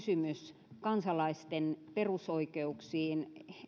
kysymys kansalaisten perusoikeuksiin